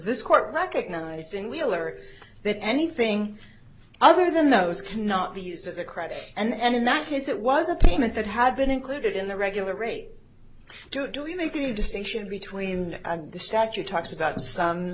this court recognizing wheeler that anything other than those cannot be used as a credit and in that case it was a payment that had been included in the regular rate to do make the distinction between the statute talks about s